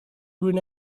green